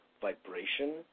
vibration